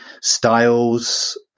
styles